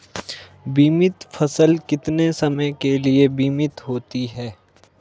बीमित फसल कितने समय के लिए बीमित होती है?